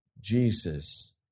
Jesus